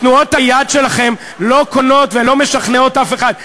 תנועות היד שלכם לא קונות ולא משכנעות אף אחד.